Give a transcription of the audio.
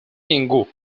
ningú